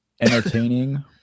entertaining